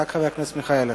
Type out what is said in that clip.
רק חבר הכנסת מיכאלי.